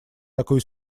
такую